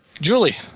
Julie